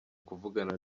kuvugana